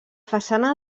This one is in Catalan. façana